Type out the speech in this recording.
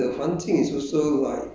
环境 ah